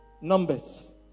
Numbers